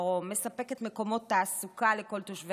מספקת מקומות תעסוקה לכל תושבי האזור,